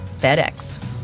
FedEx